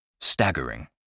Staggering